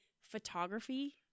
photography